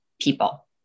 people